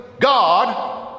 god